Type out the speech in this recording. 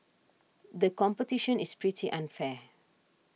the competition is pretty unfair